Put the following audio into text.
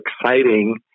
exciting